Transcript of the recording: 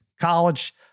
College